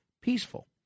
peaceful